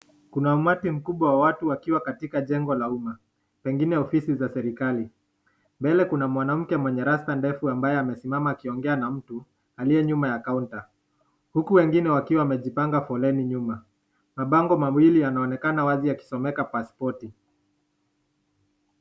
Kuna umati mkubwa wa watu wakiwa katika jengo la umma, pengine ofisi za serikali. Mbele kuna mwanamke mwenye rasta ndefu ambaye amesimama akiongea na mtu aliyenyuma ya kaunta. Huku wengine wakiwa wamejipanga foleni nyuma. Mabango mawili yanaonekana wazi yakisomeka pasipoti.